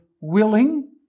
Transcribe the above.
willing